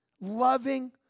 loving